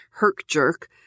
herk-jerk